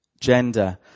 Gender